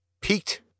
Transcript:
peaked